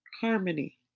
harmony